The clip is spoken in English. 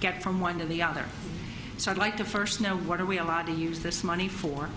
get from one to the other side like to first know what are we allowed to use this money for